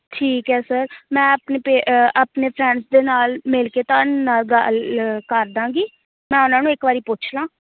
ਠੀਕ ਹੈ ਸਰ ਮੈਂ ਆਪਣੇ ਪੇ ਆਪਣੇ ਫਰੈਂਡਸ ਦੇ ਨਾਲ ਮਿਲ ਕੇ ਤੁਹਾਡੇ ਨਾਲ ਗੱਲ ਕਰ ਦੇਵਾਂਗੀ ਮੈਂ ਉਨ੍ਹਾਂ ਨੂੰ ਇੱਕ ਵਾਰੀ ਪੁਛ ਲਵਾਂ